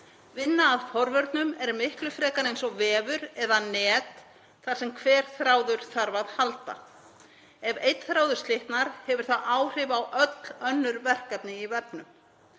Vinna að forvörnum er miklu frekar eins og vefur eða net þar sem hver þráður þarf að halda. Ef einn þráður slitnar hefur það áhrif á öll önnur verkefni í vefnum.